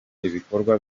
ibikorwa